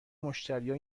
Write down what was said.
مشتریها